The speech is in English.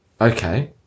Okay